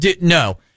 no